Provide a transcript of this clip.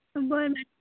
बर मॅ